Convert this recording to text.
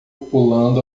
pulando